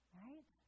right